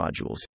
modules